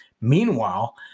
Meanwhile